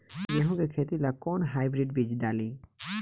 गेहूं के खेती ला कोवन हाइब्रिड बीज डाली?